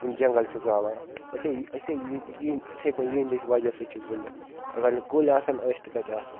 یِم جنٛگل چھِ زالان أسے أسے یِتھَے کٔنۍ یِہِنٛدِ وجہ سۭتۍ چھِ زِندٕ اگر نہٕ کُلۍ آسَن أسۍ تہِ کَتہِ آسو